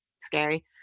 Scary